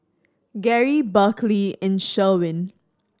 Gary Berkley and Sherwin